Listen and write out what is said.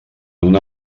una